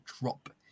drop